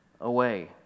away